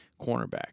Cornerback